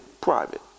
private